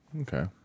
Okay